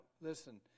Listen